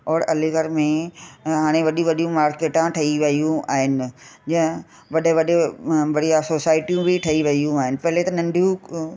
और अलीगढ़ में हाणे वॾी वॾियूं मार्केटा ठही वियूं आहिनि जीअं वॾे वॾे बढ़िया सोसाइटियूं बि ठही वियूं आहिनि पहिले त नंढियूं क